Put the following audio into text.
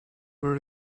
were